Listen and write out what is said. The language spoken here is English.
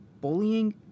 bullying